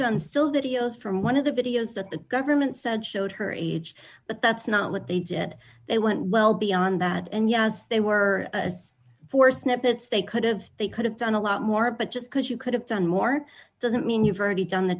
done still that ios from one of the videos that the government said showed her age but that's not what they did they went well beyond that and yes they were for snippets they could have they could have done a lot more but just because you could have done more doesn't mean you've already done the